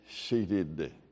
seated